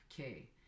okay